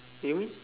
you mean